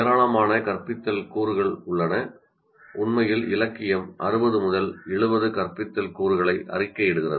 ஏராளமான கற்பித்தல் கூறுகள் உள்ளன உண்மையில் இலக்கியம் 60 முதல் 70 கற்பித்தல் கூறுகளை அறிக்கையிடுகிறது